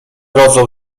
rodzą